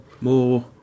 more